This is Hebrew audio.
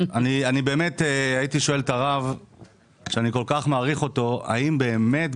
הייתי שואל את הרב שאני כל כך מעריך אותו האם באמת,